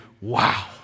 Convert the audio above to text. Wow